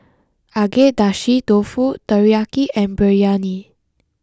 Agedashi Dofu Teriyaki and Biryani